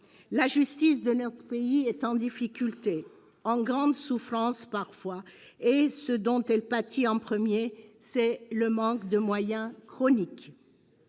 La justice de notre pays est en difficulté, en grande souffrance parfois, et ce dont elle pâtit en premier, c'est du manque de moyens chronique.